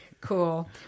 Cool